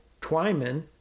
Twyman